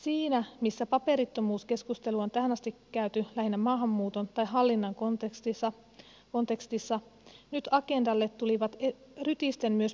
siinä missä paperittomuuskeskustelua on tähän asti käyty lähinnä maahanmuuton tai hallinnan kontekstissa nyt agendalle tulivat rytisten myös perusoikeudet